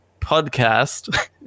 podcast